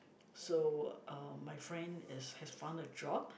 so uh my friend is has found a job